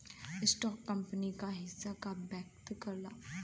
stock company क हिस्सा का व्यक्त करला